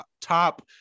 top